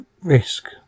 risk